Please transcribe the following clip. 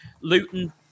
Luton